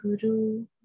Guru